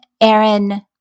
Aaron